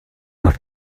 would